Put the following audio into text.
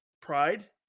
pride